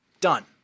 done